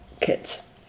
kits